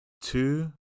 two